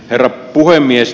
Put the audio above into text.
herra puhemies